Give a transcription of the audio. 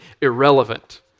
irrelevant